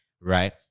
Right